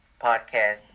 podcast